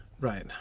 Right